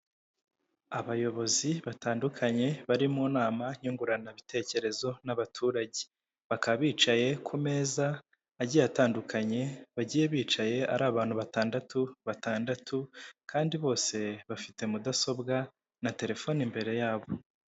Abayobozi batandukanye bari mu nama nyunguranabitekerezo n'abaturage bakaba bicaye ku meza agiye atandukanye bagiye bicaye ari abantu batandatu batandatu kandi bose bafite mudasobwa na telefone imbere yabo.